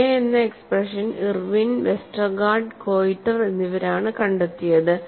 K എന്ന expression Irwin Westergaard കൊയിറ്റർr എന്നിവരാണ് കണ്ടെത്തിയത്